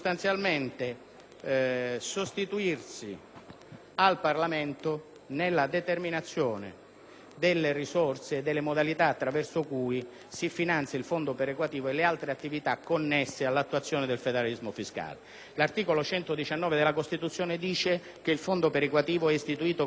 sostituirsi al Parlamento nella determinazione delle risorse e delle modalità attraverso cui si finanzia il fondo perequativo e le altre attività connesse all'attuazione del federalismo fiscale. L'articolo 119 della Costituzione recita che il fondo perequativo è istituito con legge dello Stato,